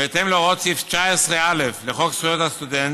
בהתאם להוראות סעיף 19א לחוק זכויות הסטודנט,